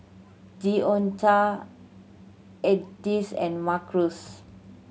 Deonta Edyth and Marquez